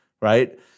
right